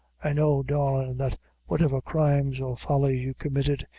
i know, darlin', that whatever crimes or follies you committed,